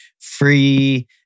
Free